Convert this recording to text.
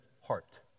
heart